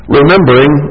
remembering